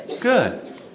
good